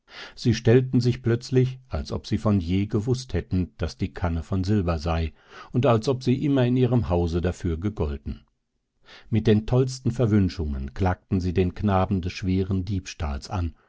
sie stellten sich plötzlich als ob sie von je gewußt hätten daß die kanne von silber sei und als ob sie immer in ihrem hause dafür gegolten mit den tollsten verwünschungen klagten sie den knaben des schweren diebstahles an